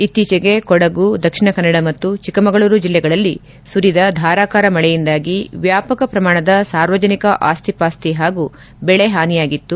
ಇತ್ತೀಚಿಗೆ ಕೊಡಗು ದಕ್ಷಿಣ ಕನ್ನಡ ಮತ್ತು ಚಿಕ್ಕಮಗಳೂರು ಜಿಲ್ಲೆಗಳಲ್ಲಿ ಸುರಿದ ಧಾರಾಕಾರ ಮಳೆಯಿಂದಾಗಿ ವ್ಲಾಪಕ ಪ್ರಮಾಣದ ಸಾರ್ವಜನಿಕ ಆಸ್ತಿಪಾಸ್ತಿ ಹಾಗೂ ಬೆಳೆ ಹಾನಿಯಾಗಿತ್ತು